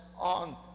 on